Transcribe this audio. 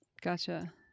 Gotcha